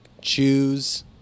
Choose